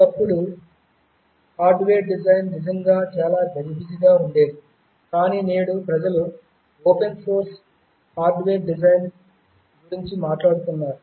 ఒకప్పుడు hardware design నిజంగా చాలా గజిబిజిగా ఉండేది కానీ నేడు ప్రజలు ఓపెన్ సోర్స్ హార్డ్వేర్ డిజైన్ గురించి మాట్లాడుతున్నారు